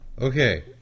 Okay